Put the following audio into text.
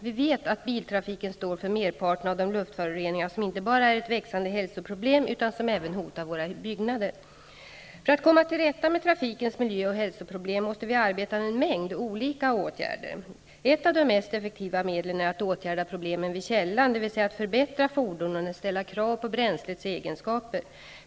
Vi vet att biltrafiken står för merparten av de luftföroreningar som inte bara är ett växande hälsoproblem, utan även hotar våra byggnader. För att komma till rätta med trafikens miljö och hälsoproblem måste vi arbeta med en mängd olika åtgärder. Ett av de mest effektiva medlen är att åtgärda problemen vid källan, dvs. att förbättra fordonen och ställa krav på bränslets egenskaper.